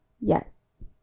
Yes